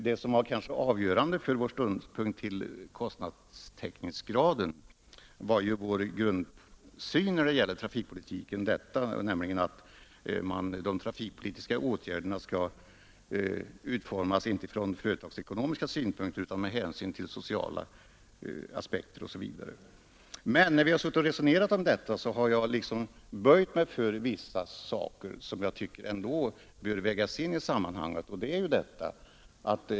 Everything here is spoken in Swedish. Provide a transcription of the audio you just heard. Det som var avgörande för vårt ståndpunktstagande när det gäller kostnadstäckningsgraden var ju vår grundsyn på trafikpolitiken: de trafikpolitiska åtgärderna skall inte utformas utifrån företagsekonomiska synpunkter utan med hänsyn till sociala aspekter. När vi sedan resonerat om detta har jag böjt mig för vissa saker som jag ändå tycker bör vägas in i sammanhanget.